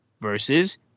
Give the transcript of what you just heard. versus